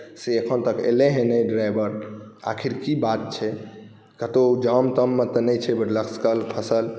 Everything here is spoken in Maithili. से एखन तक एलै हे नहि ड्राइवर आखिर की बात छै कतहु जाम ताममे तऽ नहि छै लसकल फँसल